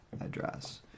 address